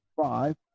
five